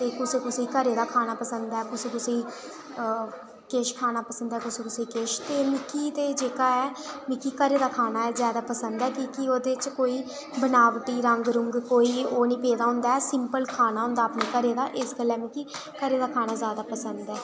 ते कुसै कुसै गी घरै दा खाना पसंद ऐ कुसे गी किश खाना पसंद ऐ ते कुसै गी किश मिगी ते जेह्का ऐ मिगी घरै दा खाना गै पसंद ऐ की जे ओह्दे च कोई बनाबटी रंग रुंग कोई ओह् निं पेदा होंदा सिंपल खाना होंदा अपने घरै दा इस गल्ला मिगी घरै दा खाना जैदा पसंद ऐ